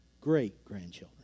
great-grandchildren